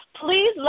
Please